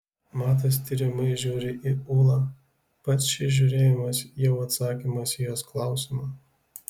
matas tiriamai žiūri į ūlą pats šis žiūrėjimas jau atsakymas į jos klausimą